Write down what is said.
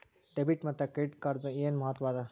Debit ಮತ್ತ credit ಕಾರ್ಡದ್ ಏನ್ ಮಹತ್ವ ಅದ?